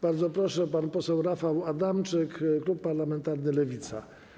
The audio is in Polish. Bardzo proszę, pan poseł Rafał Adamczyk, klub parlamentarny Lewica.